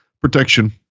protection